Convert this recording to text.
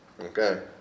Okay